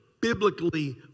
biblically